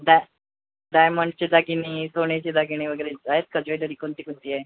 डा डायमंडची दागिने सोन्याची दागिनेवगैरे आहेत ज्वेलरी कोणती कोणती आहे